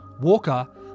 Walker